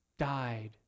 died